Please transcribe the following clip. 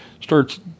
starts